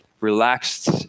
relaxed